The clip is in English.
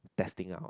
testing out